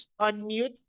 unmute